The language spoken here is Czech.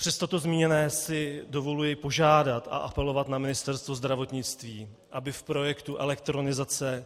Přes toto zmíněné si dovoluji požádat a apelovat na Ministerstvo zdravotnictví, aby v projektu elektronizace